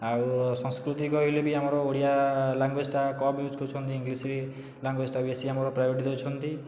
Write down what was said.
ଆଉ ସଂସ୍କୃତି କହିଲେ ବି ଆମର ଓଡ଼ିଆ ଲାଙ୍ଗୁଏଜଟା କମ ୟୁଜ କରୁଛନ୍ତି ଇଂଲିଶ ଲାଙ୍ଗୁଏଜଟା ବେଶୀ ଆମର ପ୍ରାୟୋରିଟି ଦେଉଛନ୍ତି